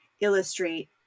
illustrate